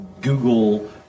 Google